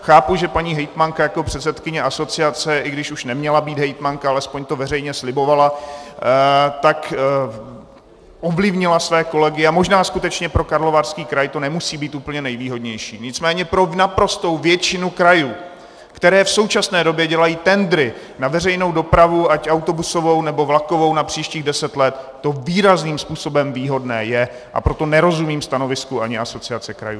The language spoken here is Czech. Chápu, že paní hejtmanka jako předsedkyně asociace i když už neměla být hejtmanka, alespoň to veřejně slibovala ovlivnila své kolegy, a možná skutečně pro Karlovarský kraj to nemusí být úplně nejvýhodnější, nicméně pro naprostou většinu krajů, které v současné době dělají tendry na veřejnou dopravu, ať autobusovou, nebo vlakovou, na příštích 10 let, to výrazným způsobem výhodné je, a proto nerozumím stanovisku ani Asociace krajů.